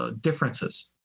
differences